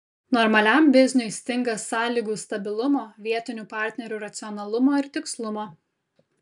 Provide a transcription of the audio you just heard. normaliam bizniui stinga sąlygų stabilumo vietinių partnerių racionalumo ir tikslumo